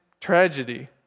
tragedy